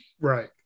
right